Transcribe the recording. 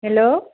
hello